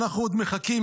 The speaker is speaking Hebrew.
אנחנו עוד מחכים,